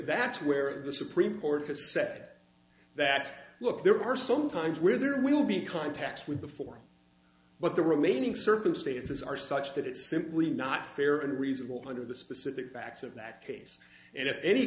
that's where the supreme court has said that look there are some times where there will be contacts with before but the remaining circumstances are such that it's simply not fair and reasonable under the specific facts of that case and if any